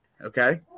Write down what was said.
Okay